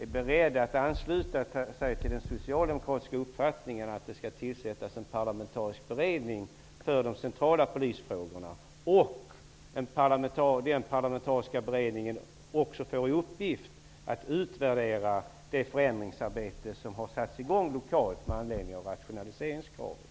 är beredd att ansluta sig till den socialdemokratiska uppfattningen att det skall tillsättas en parlamentarisk beredning för de centrala polisfrågorna och att den parlamentariska beredningen också skall få i uppgift att utvärdera det förändringsarbete som har satts i gång lokalt med anledning av rationaliseringskravet.